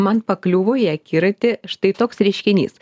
man pakliuvo į akiratį štai toks reiškinys